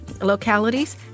localities